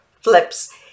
flips